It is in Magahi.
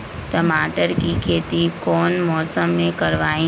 टमाटर की खेती कौन मौसम में करवाई?